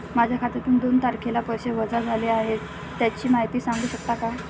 माझ्या खात्यातून दोन तारखेला पैसे वजा झाले आहेत त्याची माहिती सांगू शकता का?